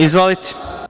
Izvolite.